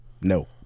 No